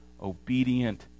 obedient